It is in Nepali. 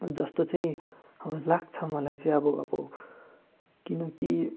जस्तो चाहिँ अब लाग्छ मलाई चाहिँ अब अब किनकि